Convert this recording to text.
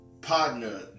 partner